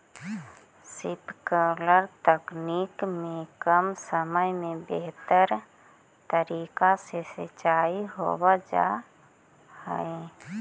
sprinkler तकनीक में कम समय में बेहतर तरीका से सींचाई हो जा हइ